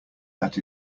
that